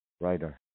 writer